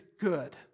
good